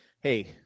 hey